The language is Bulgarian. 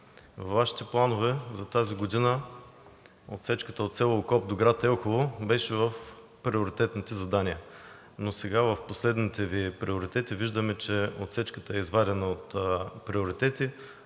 Вашите планове за тази година отсечката от село Окоп до град Елхово беше в приоритетните задания, но сега в последните Ви приоритети виждаме, че отсечката е извадена от приоритетите,